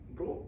Bro